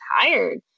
tired